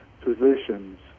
positions